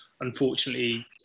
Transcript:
unfortunately